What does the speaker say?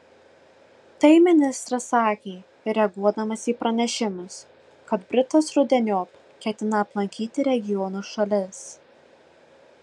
tai ministras sakė reaguodamas į pranešimus kad britas rudeniop ketina aplankyti regiono šalis